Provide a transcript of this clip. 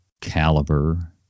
caliber